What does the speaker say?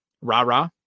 rah-rah